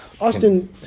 Austin